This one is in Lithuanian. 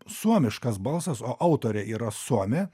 suomiškas balsas o autorė yra suomė